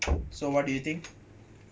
so what do you think